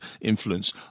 influence